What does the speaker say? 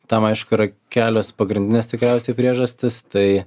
tam aišku yra kelios pagrindinės tikriausiai priežastys tai